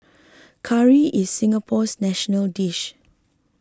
Curry is Singapore's national dish